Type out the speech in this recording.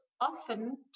often